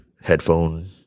headphone